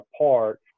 apart